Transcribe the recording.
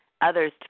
others